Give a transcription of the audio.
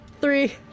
Three